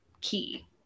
key